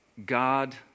God